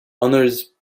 honours